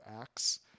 Acts